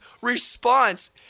response